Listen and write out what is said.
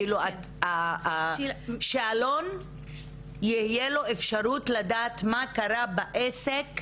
כאילו, לשאלון תהיה אפשרות לדעת מה קרה בעסק,